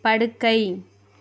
படுக்கை